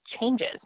changes